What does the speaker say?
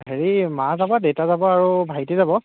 হেৰি মা যাব দেউতা যাব আৰু ভাইটি যাব